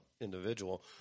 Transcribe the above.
individual